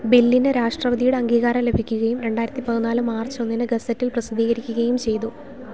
ബില്ലിന് രാഷ്ട്രപതിയുടെ അംഗീകാരം ലഭിക്കുകയും രണ്ടായിരത്തി പതിനാല് മാർച്ച് ഒന്നിന് ഗസറ്റിൽ പ്രസിദ്ധീകരിക്കുകയും ചെയ്തു